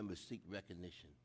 members recognition